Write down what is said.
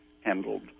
handled